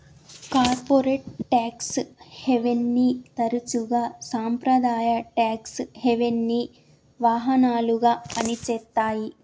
corporate tax హెవెన్ని తరచుగా సాంప్రదాయ ట్యేక్స్ హెవెన్కి వాహనాలుగా పనిచేత్తాయి